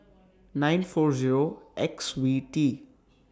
nine four Zero X V T